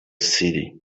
city